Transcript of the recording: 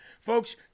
Folks